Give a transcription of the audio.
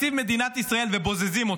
תקציב מדינת ישראל ובוזזים אותו,